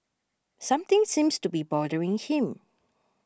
something seems to be bothering him